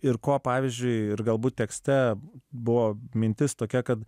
ir ko pavyzdžiui ir galbūt tekste buvo mintis tokia kad